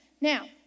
Now